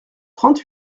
trente